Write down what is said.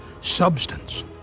substance